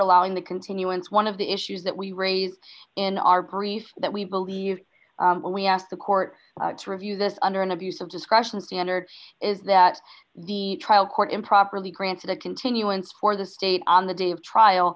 allowing the continuance one of the issues that we raised in our brief that we believe we asked the court to review this under an abuse of discretion standard is that the trial court improperly granted a continuance for the state on the day of trial